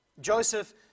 Joseph